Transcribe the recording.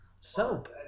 Soap